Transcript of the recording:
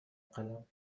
قلم